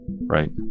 Right